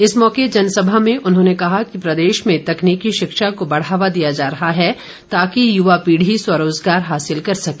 इस मौके इस जनसभा में उन्होंने कहा कि प्रदेश में तकनीकी शिक्षा को बढ़ावा दिया जा रहा है ताकि युवा पीढ़ी स्वरोजगार हासिल कर सके